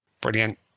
Brilliant